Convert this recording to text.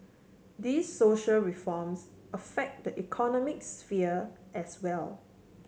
these social reforms affect the economic sphere as well